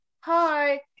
hi